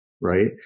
right